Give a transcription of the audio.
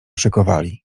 szykowali